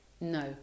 No